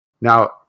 Now